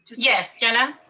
yes, jena.